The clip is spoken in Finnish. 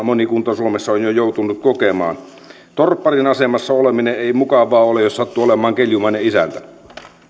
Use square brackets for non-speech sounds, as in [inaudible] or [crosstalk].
[unintelligible] moni kunta suomessa on jo joutunut kokemaan torpparin asemassa oleminen ei mukavaa ole jos sattuu olemaan keljumainen isäntä